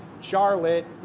Charlotte